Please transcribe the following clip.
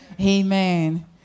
Amen